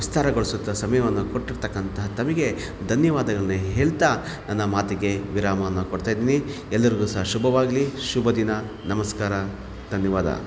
ವಿಸ್ತಾರಗೊಳಿಸುತ್ತಾ ಸಮಯವನ್ನು ಕೊಟ್ಟಿರ್ತಕ್ಕಂಥ ತಮಿಗೆ ಧನ್ಯವಾದಗಳನ್ನ ಹೇಳ್ತಾ ನನ್ನ ಮಾತಿಗೆ ವಿರಾಮವನ್ನು ಕೊಡ್ತಾಯಿದ್ದೀನಿ ಎಲ್ಲರಿಗೂ ಸಹ ಶುಭವಾಗಲಿ ಶುಭ ದಿನ ನಮಸ್ಕಾರ ಧನ್ಯವಾದ